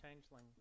Changeling